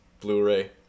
Blu-ray